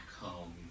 home